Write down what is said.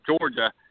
Georgia